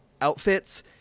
outfits